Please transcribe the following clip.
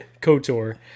KOTOR